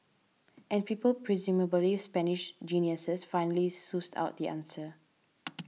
and people presumably Spanish geniuses finally sussed out the answer